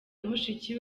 mushiki